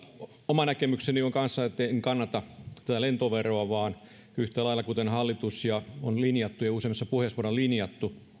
oma näkemykseni on kanssa että en kannata tätä lentoveroa vaan yhtä lailla kuten hallitus on linjannut ja useammissa puheenvuoroissa on linjattu